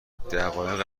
دقایق